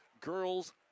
girls